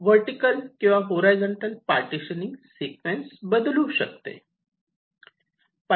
vertical किंवा horizontal partitioning sequence बदलू शकते